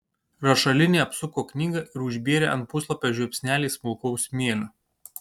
rašalinė apsuko knygą ir užbėrė ant puslapio žiupsnelį smulkaus smėlio